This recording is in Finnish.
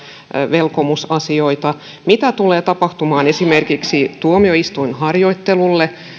velkomusasioita mitä tulee tapahtumaan esimerkiksi tuomioistuinharjoittelulle